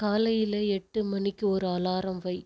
காலையில் எட்டு மணிக்கு ஒரு அலாரம் வை